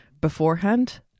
beforehand